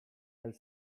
del